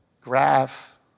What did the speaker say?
graph